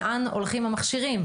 לאן הולכים המכשירים,